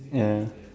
ya